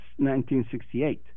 1968